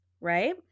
right